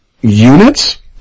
units